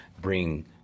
bring